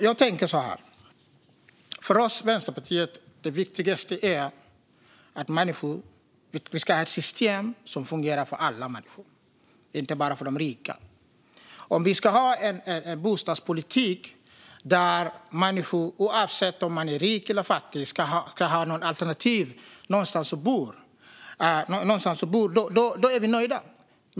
Herr talman! Tack så mycket, Ola Johansson! Jag tänker så här: För oss i Vänsterpartiet är det viktigaste att vi ska ha ett system som fungerar för alla människor och inte bara för de rika. Om vi har en bostadspolitik där människor, oavsett om de är rika eller fattiga, har några alternativ och någonstans att bo är vi nöjda.